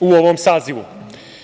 u ovom sazivu.